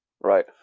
Right